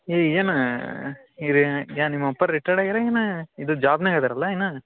ಏ ಏನು ಯಾರು ನಿಮ್ಮ ಅಪ್ಪಾರು ರಿಟರ್ಡ್ ಆಗ್ಯಾರ ಏನು ಇದು ಜಾಬ್ನಾಗೆ ಇದ್ದಾರಲ್ಲ ಇನ್ನೂ